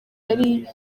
yari